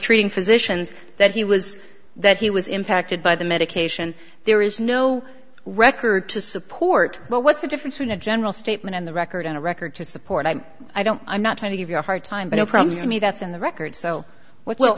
treating physicians that he was that he was impacted by the medication there is no record to support but what's the difference in a general statement in the record in a record to support i i don't i'm not trying to give you a hard time but i promise me that's in the record so w